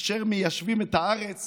אשר מיישבים את הארץ